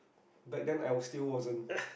but then I was still wasn't